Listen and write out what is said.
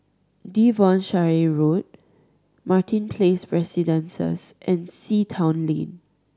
Devonshire Road Martin Place Residences and Sea Town Lane